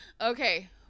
Okay